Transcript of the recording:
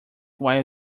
while